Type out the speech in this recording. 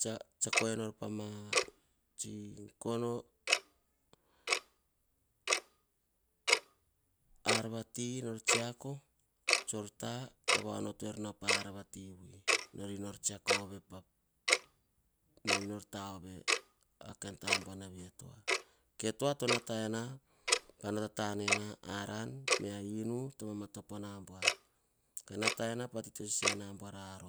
Tsitsako enor pama tsi gono ar vati nor tsiako tsor ta kava onoto er nau pa ar arvati vui nor enor tah ove e tau. E tua toh nataena pah inu. Kah nataena pah tik tosese nabauar